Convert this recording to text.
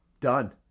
Done